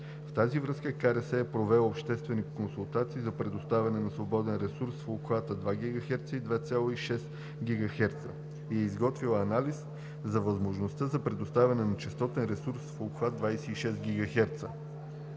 В тази връзка КРС е провела обществени консултации за предоставяне на свободния ресурс в обхвати 2 GHz и 2.6 GHz и е изготвила анализ за възможността за предоставяне на честотен ресурс в обхват 26 GHz.